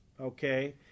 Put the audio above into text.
okay